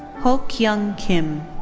ho-kyung kim.